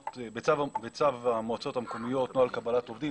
בצו המועצות המקומיות (נוהל קבלת עובדים),